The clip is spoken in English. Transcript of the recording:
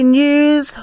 news